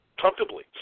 Comfortably